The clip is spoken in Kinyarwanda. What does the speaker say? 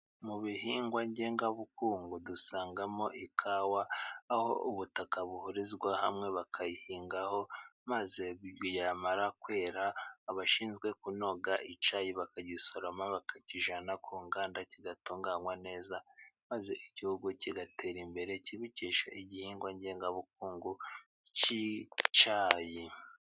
Mu bihingwa ngengabukungu dusangamo: ikawa, aho ubutaka buhurizwa hamwe bakayihingaho, maze yamara kwera abashinzwe kunoga icyayi bakagisoroma bakakijyana ku nganda, kigatunganywa neza maze igihugu kigatera imbere kibikesha igihingwa ngengabukungu cy'icyayi.